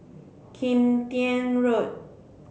Kim Tian Road